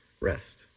rest